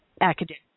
academic